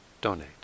donate